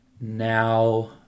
Now